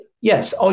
yes